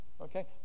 okay